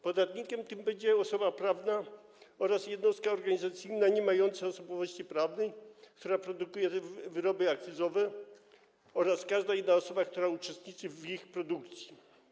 Podatnikiem takim będzie osoba prawna oraz jednostka organizacyjna niemająca osobowości prawnej, która produkuje wyroby akcyzowe, oraz każda inna osoba, która uczestniczy w ich produkcji.